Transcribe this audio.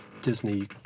Disney